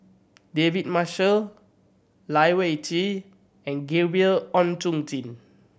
David Marshall Lai Weijie and Gabriel Oon Chong Jin